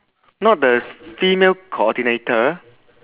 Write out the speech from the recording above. not the female coordinator